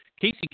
Casey